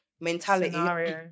mentality